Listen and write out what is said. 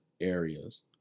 areas